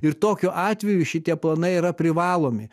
ir tokiu atveju šitie planai yra privalomi